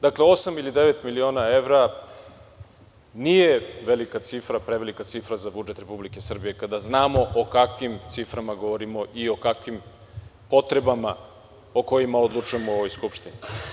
Dakle, osam ili devet miliona evra nije velika cifra, prevelika cifra za budžet Republike Srbije kada znamo o kakvim ciframa govorimo i o kakvim potrebama odlučujemo u ovoj Skupštini.